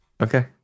Okay